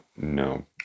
no